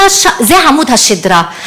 זה עמוד השדרה.